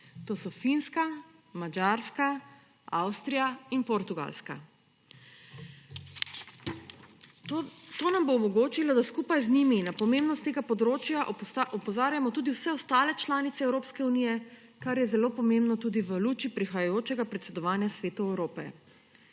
to so Finska, Madžarka, Avstrija in Portugalska. To nam bo omogočilo, da skupaj z njimi na pomembnost tega področja opozarjamo tudi vse ostale članice Evropske unije, kar je zelo pomembno tudi v luči prihajajočega predsedovanja Svetu Evrope.